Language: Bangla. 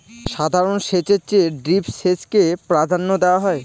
সাধারণ সেচের চেয়ে ড্রিপ সেচকে প্রাধান্য দেওয়া হয়